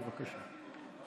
בבקשה.